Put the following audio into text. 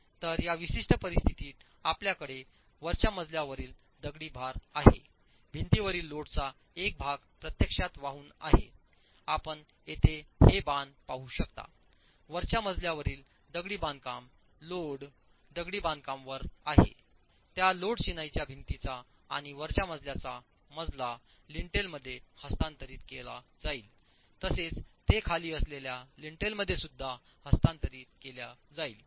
तर या विशिष्ट परिस्थितीत आपल्याकडे वरच्या मजल्यावरील दगडी भार आहे भिंतीवरील लोडचा एक भाग प्रत्यक्षात वाहून आहे आपण येथे हे बाण पाहू शकता वरच्या मजल्यावरील दगडी बांधकाम लोड दगडी बांधकाम वर आहे त्या लोड चिनाईच्या भिंतीचा आणि वरच्या मजल्याचा मजला लिंटेलमध्ये हस्तांतरित केला जाईलतसेच ते खाली असलेल्या लिंटेलमध्ये सुद्धा हस्तांतरित केल्या जाईल